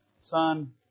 Son